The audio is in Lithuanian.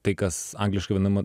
tai kas angliškai vadinama